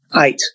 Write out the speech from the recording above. eight